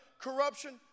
corruption